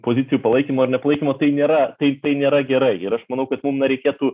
pozicijų palaikymo ar nepalaikymo tai nėra tai tai nėra gerai ir aš manau kad mum na reikėtų